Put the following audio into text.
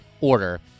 order